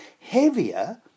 heavier